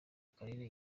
karere